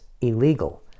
illegal